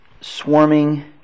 swarming